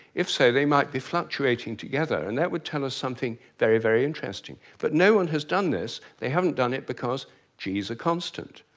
if so, they might be fluctuating together. and what would tell us something very, very interesting. but no-one has done this, they haven't done it because g is a constant.